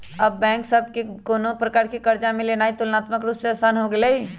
अब बैंक सभ से कोनो प्रकार कें कर्जा लेनाइ तुलनात्मक रूप से असान हो गेलइ